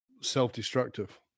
self-destructive